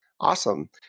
Awesome